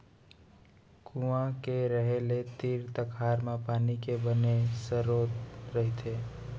कुँआ के रहें ले तीर तखार म पानी के बने सरोत रहिथे